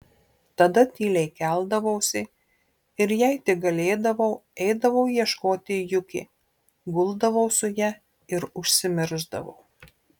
tada tyliai keldavausi ir jei tik galėdavau eidavau ieškoti juki guldavau su ja ir užsimiršdavau